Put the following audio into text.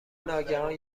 ناگهان